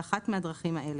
באחת מהדרכים האלה: